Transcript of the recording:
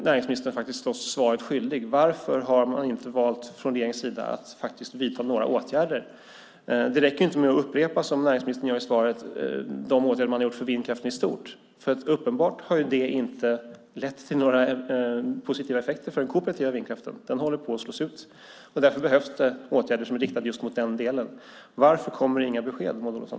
Näringsministern är oss svaret skyldig. Varför har man inte valt från regeringens sida att vidta några åtgärder? Det räcker inte med att upprepa, som näringsministern gör i svaret, de åtgärder som man har vidtagit för vindkraften i stort. Det har uppenbart inte lett till några positiva effekter för den kooperativa vindkraften. Den håller på att slås ut. Därför behövs det åtgärder som är riktade mot just den delen. Varför kommer inga besked, Maud Olofsson?